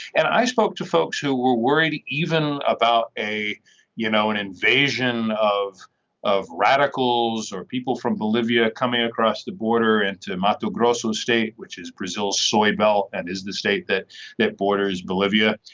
and i spoke to folks who were worried even about a you know an invasion of of radicals or people from bolivia coming across the border into mato grosso state which is brazil's soy belt and is the state that that borders bolivia.